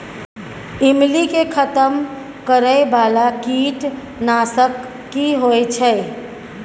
ईमली के खतम करैय बाला कीट नासक की होय छै?